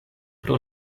pro